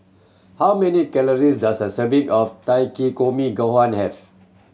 how many calories does a serving of Takikomi Gohan have